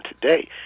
today